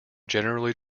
generally